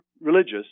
religious